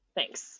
Thanks